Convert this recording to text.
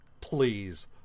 please